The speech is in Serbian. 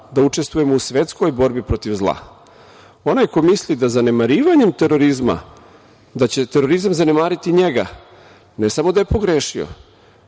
da učestvujemo u svetskoj borbi protiv zla. Onaj ko misli da zanemarivanjem terorizma, da će terorizam zanemariti njega, ne samo da je pogrešio,